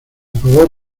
favor